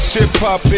Hip-hop